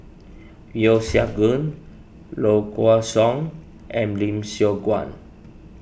Yeo Siak Goon Low Kway Song and Lim Siong Guan